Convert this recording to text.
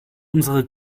unsere